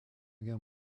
guerre